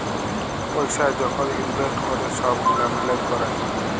পইসা যখল ইলভেস্ট ক্যরে ছব গুলা ম্যালেজ ক্যরে